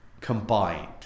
combined